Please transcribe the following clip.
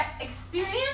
experience